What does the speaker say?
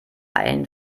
ein